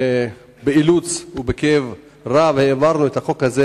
באילוץ, ובכאב רב העברנו את החוק הזה,